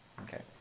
Okay